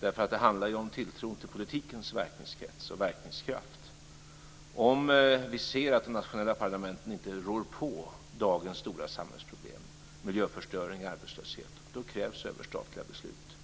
därför att det handlar om tilltron till politikens verkningskrets och verkningskraft. Om vi ser att de nationella parlamenten inte rår på dagens stora samhällsproblem, miljöförstöring och arbetslöshet, då krävs överstatliga beslut.